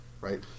right